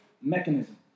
mechanism